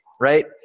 right